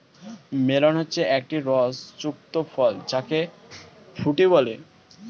melon হচ্ছে একটি রস যুক্ত ফল যাকে ফুটি বলে